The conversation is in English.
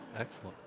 excellent.